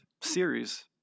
series